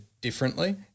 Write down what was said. differently